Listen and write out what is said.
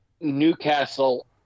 Newcastle